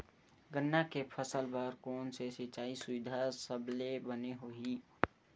गन्ना के फसल बर कोन से सिचाई सुविधा सबले बने होही?